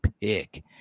pick